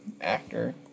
actor